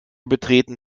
betreten